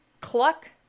Cluck